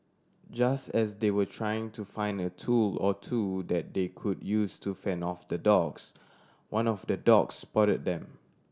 just as they were trying to find a tool or two that they could use to fend off the dogs one of the dogs spotted them